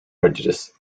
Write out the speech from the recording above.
prejudice